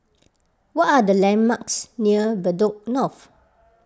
what are the landmarks near Bedok North